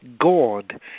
God